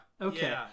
Okay